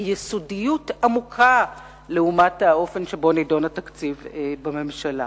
היא יסודיות והעמקה לעומת האופן שבו נידון התקציב בממשלה.